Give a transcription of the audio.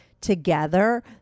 together